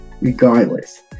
regardless